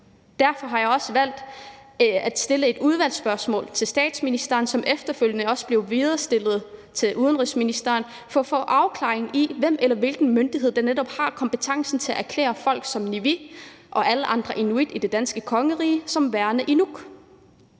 Derfor valgte jeg også at stille et udvalgsspørgsmål til statsministeren, som efterfølgende også blev videresendt til udenrigsministeren, for at få afklaring på, hvem eller hvilken myndighed der netop har kompetencen til at erklære folk som Nivi og alle andreinuiti det danske kongerige som værende inuk.